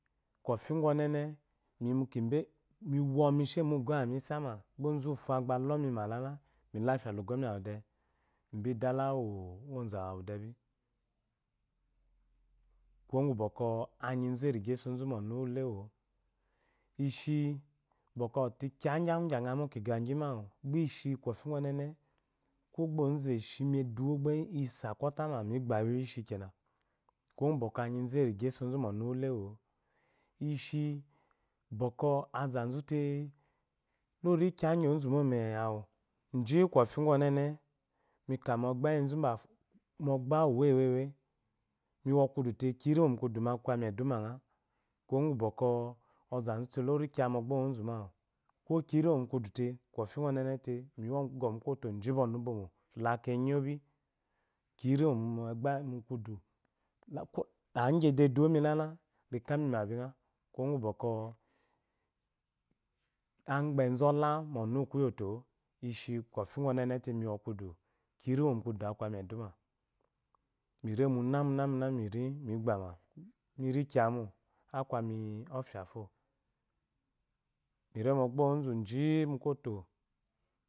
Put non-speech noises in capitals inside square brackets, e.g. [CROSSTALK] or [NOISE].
Kofingu ɔnene miwo misha ba ugɔmi isama gba ozufo wo alɔmima lala mi lafia la ugɔmi awude mibidela wu ozuawu debi kuwo gu bwɔkwɔ anyizu engye eso zu mɔnuwule o ishi bwɔkwɔ ɔte kiya gyi aku gyi angemo kigegyimoawu gbe ishi kɔfi gu ɔnene gba ozu eshimieduwo gba isakatoma migbayi mishiwu kenan kuwo gu anyiza iregye esozu mu ɔnu wulewu [UNINTELLIGIBLE] 'o bwɔkwɔ azazute onkiya ayi ozumome awu ji kɔfigu ɔnene mika migbe nwewe miwo kudute kiyi irimo mukuduma akwami eduma nga kuwo gu bwɔkwɔ ozazute lonkiya mogba wuozumoawu ko kiya irimo mukudute kɔfi gu ɔnete migɔ mu koito ji ba ɔnu ubomo la kenyo bi kiya irimo mukkudu aku gyi ede chuwo mi lala kiki mima binga kuwo gu bwɔkwɔ agbezu ola mu ɔnu korto 'o ishi kofi gu ɔnenete miwo kudu kiya irimo mu kudu akwami eduma miremune muna mirimigbama minkiyi mo akwami ofiao mere mogba wozu ji mu koiito